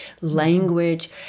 language